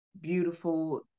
beautiful